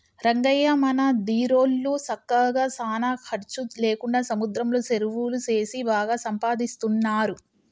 రంగయ్య మన దీరోళ్ళు సక్కగా సానా ఖర్చు లేకుండా సముద్రంలో సెరువులు సేసి బాగా సంపాదిస్తున్నారు